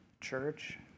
church